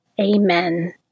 Amen